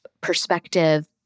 perspective